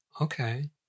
Okay